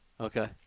Okay